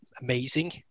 amazing